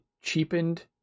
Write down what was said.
cheapened